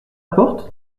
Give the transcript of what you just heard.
porte